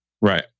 right